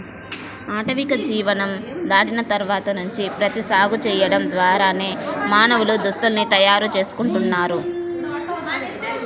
ఆటవిక జీవనం దాటిన తర్వాత నుంచి ప్రత్తి సాగు చేయడం ద్వారానే మానవులు దుస్తుల్ని తయారు చేసుకుంటున్నారు